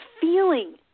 feeling